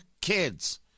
kids